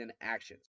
actions